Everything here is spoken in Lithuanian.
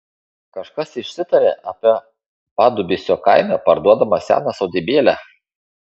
kažkas išsitarė apie padubysio kaime parduodamą seną sodybėlę